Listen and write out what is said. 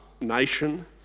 nation